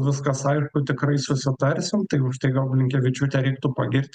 viskas aišku tikrai susitarsim tai užtai gal blinkevičiūtę reiktų pagirti